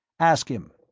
ask him.